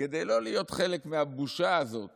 כדי לא להיות חלק מהבושה הזאת